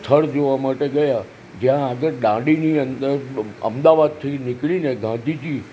સ્થળ જોવા માટે ગયા જ્યાં આગળ દાંડીની અંદર અમદાવાદથી નીકળીને ગાંધીજી